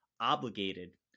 obligated